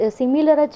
similar